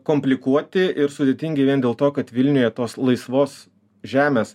komplikuoti ir sudėtingi vien dėl to kad vilniuje tos laisvos žemės